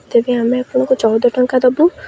ତେବେ ଆମେ ଆପଣଙ୍କୁ ଚଉଦ ଟଙ୍କା ଦେବୁ